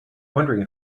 wondering